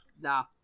Nah